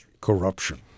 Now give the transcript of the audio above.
corruption